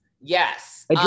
yes